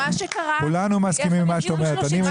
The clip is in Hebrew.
כולנו מסכימים עם מה שאת אומרת.